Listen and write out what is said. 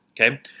Okay